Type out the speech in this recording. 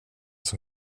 som